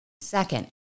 Second